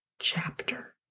chapter